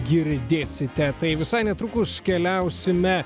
girdėsite tai visai netrukus keliausime